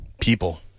People